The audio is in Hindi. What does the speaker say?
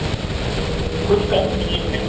कुछ कम कीजिए भाई